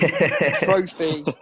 trophy